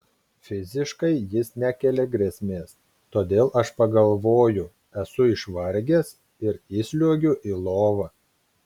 fiziškai jis nekelia grėsmės todėl aš pagalvoju esu išvargęs ir įsliuogiu į lovą